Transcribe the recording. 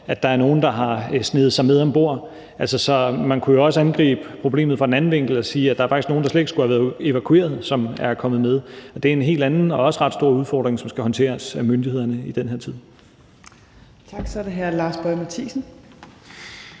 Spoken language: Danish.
at der er nogen, der har sneget sig med om bord. Så man kunne jo også angribe problemet fra en anden vinkel og sige, at der faktisk er nogle, der slet ikke skulle have været evalueret, som er kommet med. Det er en helt anden og også ret stor udfordring, som skal håndteres af myndighederne i den her tid. Kl. 18:37 Tredje næstformand